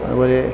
അതുപോലെ